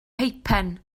peipen